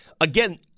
Again